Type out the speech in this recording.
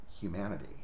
humanity